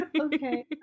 okay